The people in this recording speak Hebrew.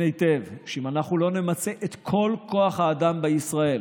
היטב שאם אנחנו לא נמצה את כל כוח האדם בישראל,